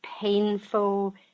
painful